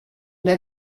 der